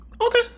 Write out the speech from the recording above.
okay